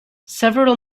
several